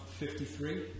53